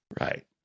Right